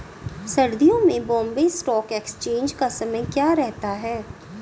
सर्दियों में Bombay stock exchange का समय क्या रहता है?